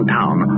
town